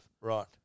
Right